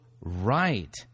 right